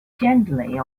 gently